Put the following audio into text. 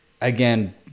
again